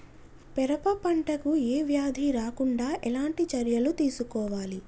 పెరప పంట కు ఏ వ్యాధి రాకుండా ఎలాంటి చర్యలు తీసుకోవాలి?